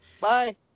Bye